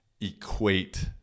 equate